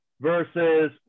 versus